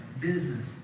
business